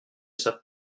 savent